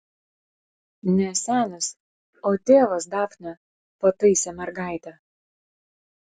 ne senis o tėvas dafne pataisė mergaitę